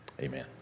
Amen